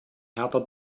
härter